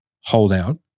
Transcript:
holdout